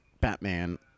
Batman